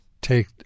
take